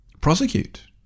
prosecute